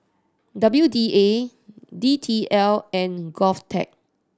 W D A D T L and GovTech